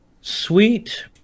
sweet